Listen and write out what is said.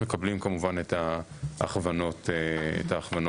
והם מקבלים כמובן את ההכוונות מאיתנו.